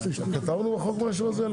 כתבנו בחוק משהו על זה?